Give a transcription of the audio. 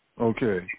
okay